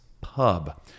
Pub